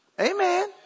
Amen